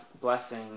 blessing